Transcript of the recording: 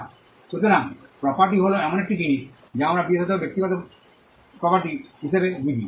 Refer Time 0135 সুতরাং property হল এমন একটি জিনিস যা আমরা বিশেষত ব্যক্তিগত প্রপার্টি হিসাবে বুঝি